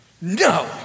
No